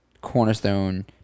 cornerstone